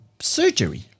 surgery